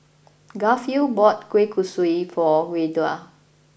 Garfield bought Kueh Kosui for Yehuda